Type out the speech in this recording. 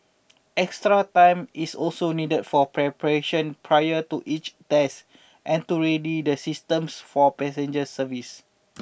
extra time is also needed for preparation prior to each test and to ready the systems for passenger service